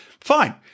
Fine